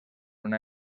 una